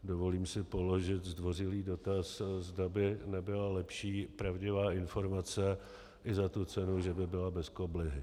Dovolím si položit zdvořilý dotaz, zda by nebyla lepší pravdivá informace i za tu cenu, že by byla bez koblihy.